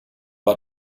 war